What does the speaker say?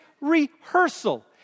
rehearsal